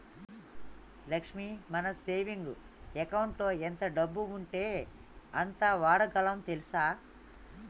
లక్ష్మి మన సేవింగ్ అకౌంటులో ఎంత డబ్బు ఉంటే అంత వాడగలం తెల్సా